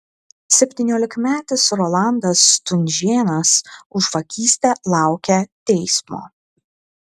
septyniolikmetis rolandas stunžėnas už vagystę laukia teismo